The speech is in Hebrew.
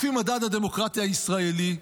לפי מדד הדמוקרטיה הישראלי,